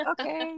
okay